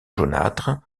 jaunâtre